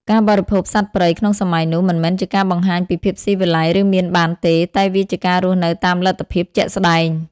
ការបរិភោគសត្វព្រៃក្នុងសម័យនោះ មិនមែនជាការបង្ហាញពីភាពស៊ីវិល័យ ឬមានបានទេ តែវាជាការរស់នៅតាមលទ្ធភាពជាក់ស្តែង។